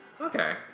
Okay